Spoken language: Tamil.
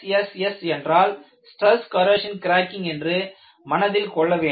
SSS என்றால் ஸ்டிரஸ் கொரோஷன் கிராகிங் என்று மனதில் கொள்ள வேண்டும்